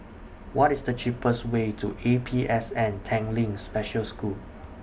What IS The cheapest Way to A P S N Tanglin Special School